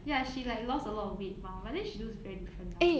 ya she like lost a lot of weight now but then she looks very different now